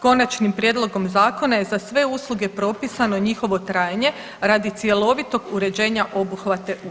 Konačnim prijedlogom zakona je za sve usluge propisano njihovo trajanje radi cjelovitog uređenja obuhvata usluge.